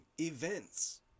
events